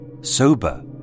sober